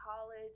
college